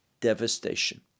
devastation